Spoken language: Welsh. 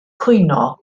cwyno